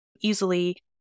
easily